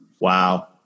Wow